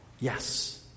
Yes